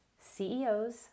CEOs